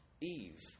Eve